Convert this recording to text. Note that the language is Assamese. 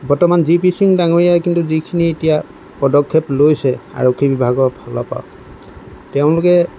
বৰ্তমান জি পি সিং ডাঙৰীয়াই কিন্তু যিখিনি এতিয়া পদক্ষেপ লৈছে আৰক্ষী বিভাগৰ ফালৰপৰা তেওঁলোকে